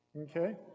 Okay